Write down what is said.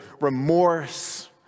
remorse